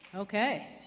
Okay